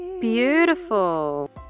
Beautiful